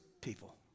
people